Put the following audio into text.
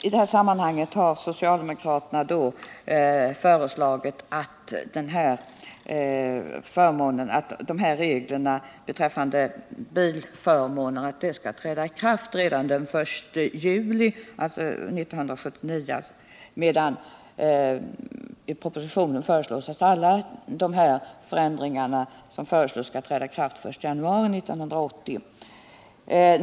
I det här sammanhanget har socialdemokraterna föreslagit att reglerna beträffande bilförmånerna skall träda i kraft redan den 1 juli 1979, medan i propositionen föreslås att alla de aktuella förändringarna skall träda i kraft den I januari 1980.